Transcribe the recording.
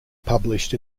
published